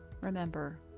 Remember